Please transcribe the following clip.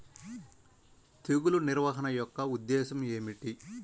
తెగులు నిర్వహణ యొక్క ఉద్దేశం ఏమిటి?